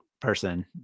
person